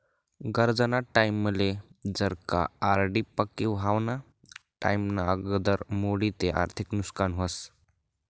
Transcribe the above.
गरजना टाईमले जर का आर.डी पक्की व्हवाना टाईमना आगदर मोडी ते आर्थिक नुकसान व्हस